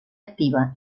activa